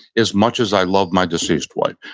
as much as i loved my deceased wife.